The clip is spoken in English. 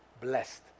blessed